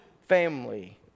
family